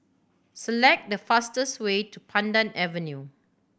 select the fastest way to Pandan Avenue